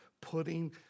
putting